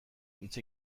hitz